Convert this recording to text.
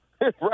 right